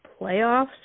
playoffs